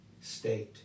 state